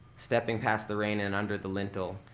stepping past the rain and under the lintel,